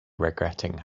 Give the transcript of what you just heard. regretting